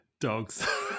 dogs